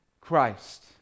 Christ